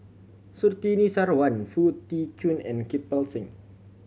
Surtini Sarwan Foo Tee Jun and Kirpal Singh